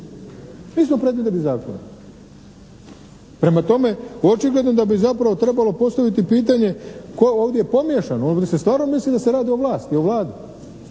Nismo predvidjeli zakonom. Prema tome, očigledno da bi zapravo trebalo postaviti pitanje tko je ovdje pomiješan, ovdje se stvarno misli da se radi o vlasti, o Vladi,